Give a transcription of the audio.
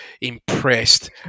impressed